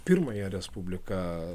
pirmąją respubliką